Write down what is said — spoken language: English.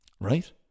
right